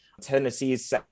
Tennessee's